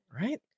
right